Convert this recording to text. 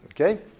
Okay